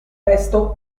testo